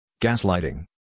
gaslighting